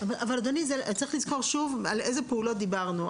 אדוני, צריך לזכור שוב על איזה פעולות דיברנו.